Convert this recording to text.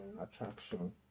attraction